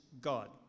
God